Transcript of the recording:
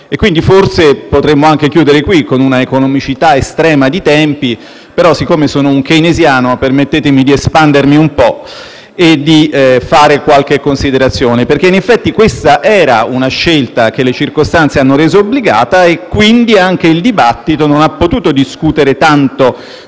quindi, potrei anche concludere qui, con una economicità estrema di tempi. Però, siccome sono un keynesiano, permettetemi di espandermi un po' e di fare qualche considerazione. In effetti, questa era una scelta che le circostanze hanno reso obbligata e, quindi, anche il dibattito non ha potuto indugiare tanto